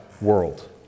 world